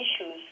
issues